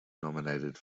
nominated